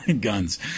guns